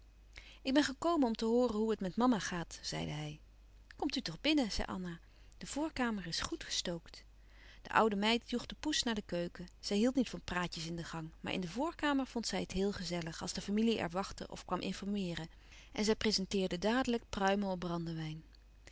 ik ben gekomen om te hooren hoe het met mama gaat zeide hij komt u toch binnen zei anna de voorkamer is goed gestookt de oude meid joeg de poes naar de keuken zij hield niet van praatjes in de gang maar in de voorkamer vond zij het heel gezellig als de familie er wachtte of kwam informeeren en zij prezenteerde dadelijk pruimen op brandewijn